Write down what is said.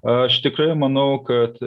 aš tikrai manau kad